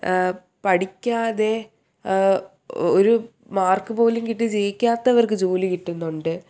പഠിക്കാതെ ഒരു മാർക്കുപോലും കിട്ടി ജയിക്കാത്തവർക്ക് ജോലി കിട്ടുന്നുണ്ട്